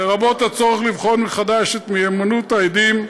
לרבות הצורך לבחון מחדש את מהימנות העדים,